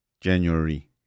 January